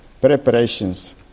preparations